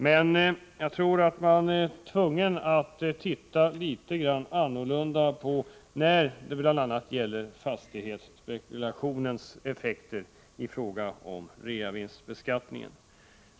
Men jag tror att man är tvungen att se litet annorlunda på bl.a. fastighetsspekulationens effekter i fråga om reavinstbeskattningen.